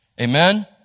Amen